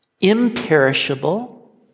imperishable